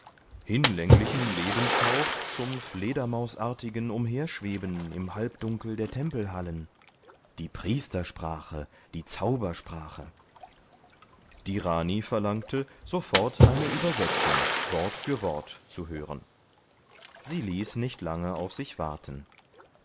hinlänglichen lebenshauch zum fledermausartigen umherschweben im halbdunkel der tempelhallen die priestersprache die zaubersprache die rani verlangte sofort eine übersetzung wort für wort zu hören sie ließ nicht lange auf sich warten